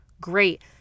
Great